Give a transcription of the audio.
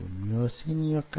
ఈ సంకోచాన్ని గమనిద్దాం